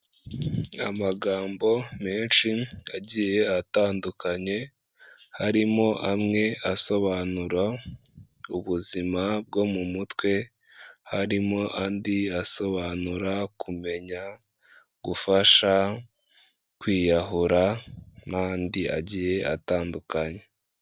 Amagambo menshi agiye atandukanye, harimo amwe asobanura ubuzima bwo mu mutwe, harimo andi asobanura kumenya gufasha, kwiyahura n'andi agiye atandukanye.